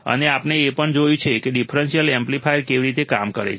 અને આપણે એ પણ જોયું છે કે ડિફરન્શિયલ એમ્પ્લીફાયર કેવી રીતે કામ કરે છે